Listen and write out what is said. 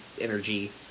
energy